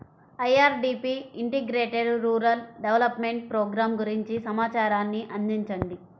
IRDP integrated rural development programme గురించి సమాచారాన్ని అందించండి?